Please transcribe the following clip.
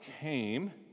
came